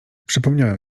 przypomniałem